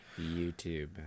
YouTube